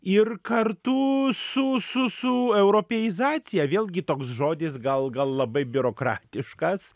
ir kartu su su su europeizacija vėlgi toks žodis gal gal labai biurokratiškas